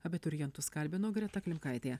abiturientus kalbino greta klimkaitė